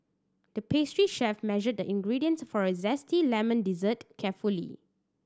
the pastry chef measured the ingredients for a zesty lemon dessert carefully